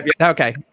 Okay